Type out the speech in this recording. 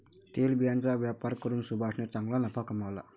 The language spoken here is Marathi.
तेलबियांचा व्यापार करून सुभाषने चांगला नफा कमावला